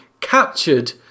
captured